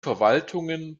verwaltungen